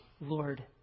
Lord